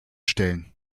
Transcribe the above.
stellen